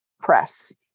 press